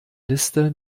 liste